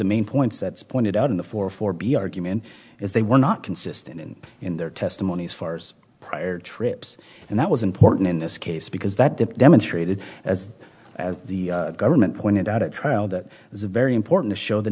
the main points that's pointed out in the four four b argument is they were not consistent in their testimonies fars prior trips and that was important in this case because that demonstrated as the government pointed out at trial that is a very important to show the